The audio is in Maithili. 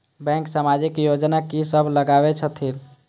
बैंक समाजिक योजना की सब चलावै छथिन?